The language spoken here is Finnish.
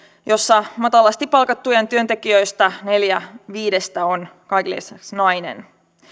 jossa matalasti palkatuista työntekijöistä neljä viidestä on kaiken lisäksi nainen